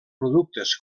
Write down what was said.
productes